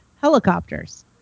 Helicopters